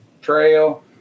trail